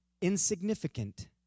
insignificant